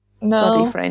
No